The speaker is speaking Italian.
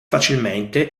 facilmente